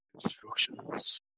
Instructions